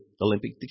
Olympic